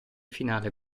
finale